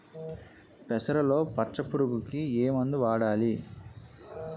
పెసరలో పచ్చ పురుగుకి ఏ మందు వాడాలి?